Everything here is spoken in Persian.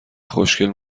خوشگل